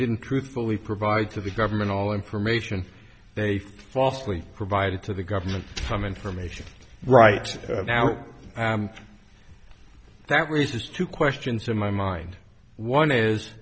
didn't truthfully provide to the government all information they falsely provided to the government some information right now that rhys's two questions in my mind one is